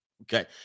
Okay